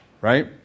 right